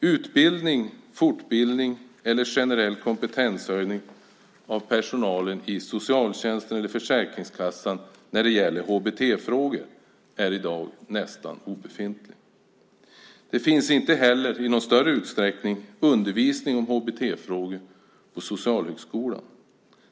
Utbildning, fortbildning och generell kompetenshöjning för personalen i socialtjänsten och Försäkringskassan när det gäller HBT-frågor är i dag något nästan obefintligt. Det finns inte heller i någon större utsträckning undervisning om HBT-frågor på socialhögskolan.